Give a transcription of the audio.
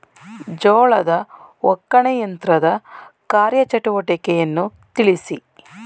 ಜೋಳದ ಒಕ್ಕಣೆ ಯಂತ್ರದ ಕಾರ್ಯ ಚಟುವಟಿಕೆಯನ್ನು ತಿಳಿಸಿ?